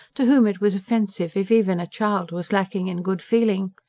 to whom it was offensive if even a child was lacking in good feeling.